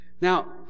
Now